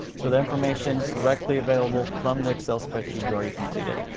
so, the information directly available from the excel spreadsheet you already completed.